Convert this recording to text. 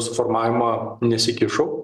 suformavimą nesikišo